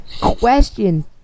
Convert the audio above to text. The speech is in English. question